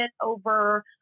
over